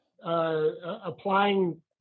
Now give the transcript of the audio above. applying